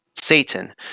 Satan